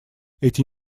эти